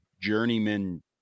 journeyman